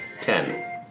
Ten